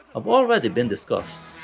um already been discussed.